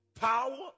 Power